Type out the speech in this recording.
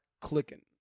clicking